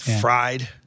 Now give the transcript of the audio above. fried